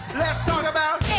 talk about